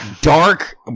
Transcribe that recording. dark